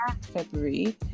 February